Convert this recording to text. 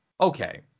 okay